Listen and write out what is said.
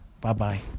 bye-bye